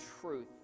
truth